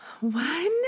One